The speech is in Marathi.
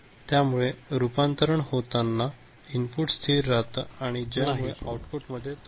त्यामुळे रूपांतरण होताना इनपुट स्थिर राहतं तर ज्या मुळे आउटपुट मध्ये त्रुटी राहत नाही